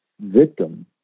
victim